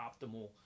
optimal